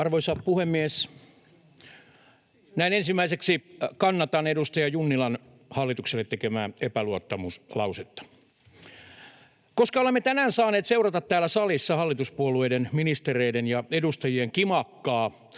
Arvoisa puhemies! Näin ensimmäiseksi kannatan edustaja Junnilan hallitukselle tekemää epäluottamuslausetta. Koska olemme tänään saaneet seurata täällä salissa hallituspuolueiden, ministereiden ja edustajien kimakoita,